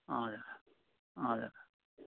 हजुर हजुर